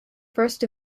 first